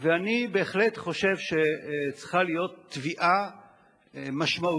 ואני בהחלט חושב שצריכה להיות תביעה משמעותית,